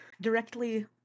directly